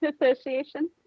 association